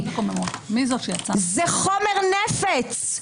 זה חומר נפץ.